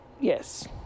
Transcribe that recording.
yes